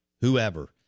whoever